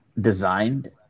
designed